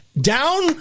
down